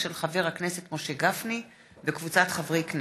של חבר הכנסת משה גפני וקבוצת חברי הכנסת.